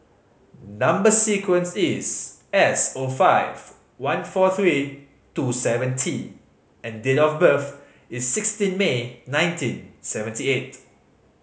number sequence is S O five one four three two seven T and date of birth is sixteen May nineteen seventy eight